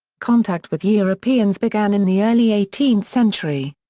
contact with europeans began in the early eighteenth century.